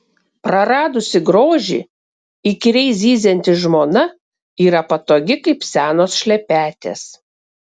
praradusi grožį įkyriai zyzianti žmona yra patogi kaip senos šlepetės